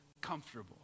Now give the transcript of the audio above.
comfortable